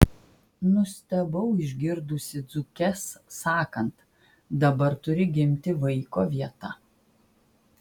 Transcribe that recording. nustebau išgirdusi dzūkes sakant dabar turi gimti vaiko vieta